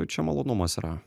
čia malonumas yra